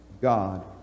God